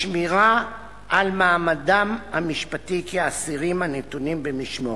לשמירה על מעמדם המשפטי כאסירים הנתונים במשמורת.